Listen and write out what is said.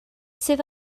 sydd